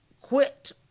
quit